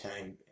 time